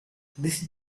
this